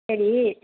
சரி